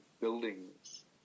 buildings